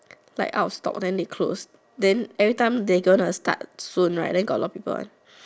like out of stock they close then every time the going to start soon right then a lot of people buy